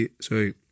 sorry